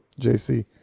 jc